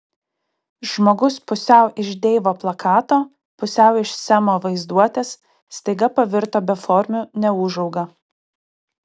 žmogus pusiau iš deivo plakato pusiau iš semo vaizduotės staiga pavirto beformiu neūžauga